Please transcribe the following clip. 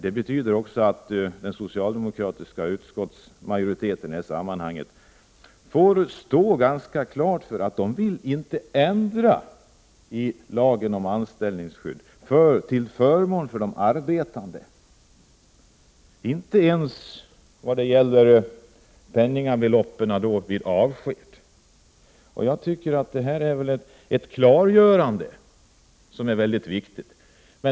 Det betyder också att den socialdemokratiska utskottsmajoriteten i det här sammanhanget ganska klart visar att den inte vill ändra i lagen om anställningsskydd till förmån för de arbetande, inte ens när det gäller penningbeloppens storlek vid avskedande. Jag tycker att detta är ett klargörande som är mycket viktigt.